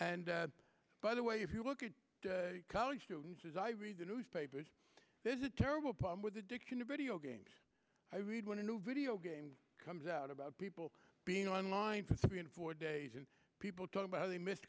and by the way if you look at college students as i read the newspapers there's a terrible problem with addiction to video games i read when a new video game comes out about people being online for three and four days and people talk about how they miss